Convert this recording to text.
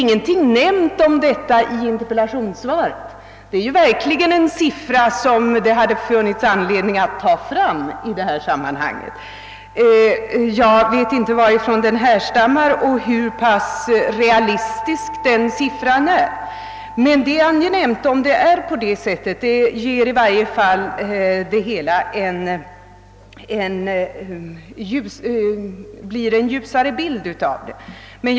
Ingenting nämndes om detta i interpellationssvaret; den siffran hade det dock verkligen funnits anledning att föra fram i det sammanhanget. Jag vet inte varifrån den härstammar och hur pass realistisk den är, men det är angenämt om det förhåller sig på det sättet, ty det ger en ljusare bild av situationen.